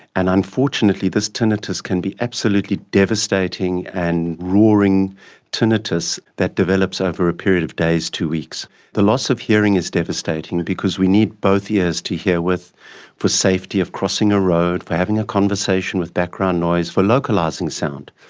and unfortunately this tinnitus can be absolutely devastating and roaring tinnitus that develops over a period of days to weeks. the loss of hearing is devastating because we need both ears to hear with for safety of crossing a road, for having a conversation with background noise, for localising sound.